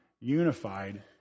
unified